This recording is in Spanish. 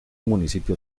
municipio